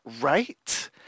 Right